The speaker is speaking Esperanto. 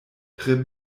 tre